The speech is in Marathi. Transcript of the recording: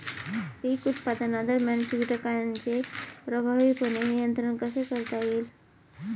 पीक उत्पादनादरम्यान कीटकांचे प्रभावीपणे नियंत्रण कसे करता येईल?